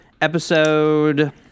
episode